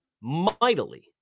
mightily